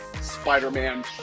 Spider-Man